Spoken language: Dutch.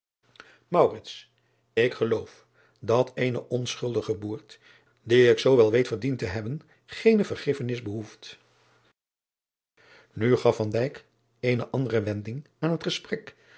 k geloof dat eene onschuldige boert die ik zoo wel weet verdiend te hebben geene vergiffenis behoeft u gaf eene andere wending aan het gesprek